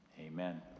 Amen